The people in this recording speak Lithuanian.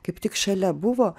kaip tik šalia buvo